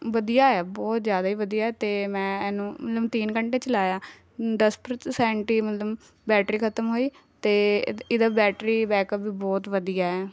ਵਧੀਆ ਹੈ ਬਹੁਤ ਜ਼ਿਆਦਾ ਹੀ ਵਧੀਆ ਹੈ ਅਤੇ ਮੈਂ ਇਹਨੂੰ ਮਤਲਬ ਤਿੰਨ ਘੰਟੇ ਚਲਾਇਆ ਦਸ ਪ੍ਰਤੀਸੈਂਟ ਹੀ ਮਤਲਬ ਬੈਟਰੀ ਖ਼ਤਮ ਹੋਈ ਅਤੇ ਇ ਇਹਦਾ ਬੈਟਰੀ ਬੈਕਅੱਪ ਵੀ ਬਹੁਤ ਵਧੀਆ ਹੈ